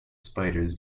spiders